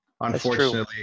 Unfortunately